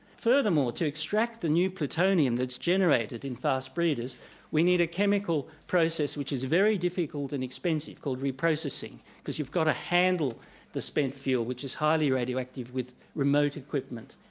furthermore to extract the new plutonium that's generated in fast-breeders we need a chemical process which is very difficult and expensive called reprocessing, because you've got to handle spent fuel which is highly radioactive with remote equipment.